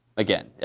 again. yeah